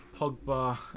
Pogba